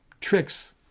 tricks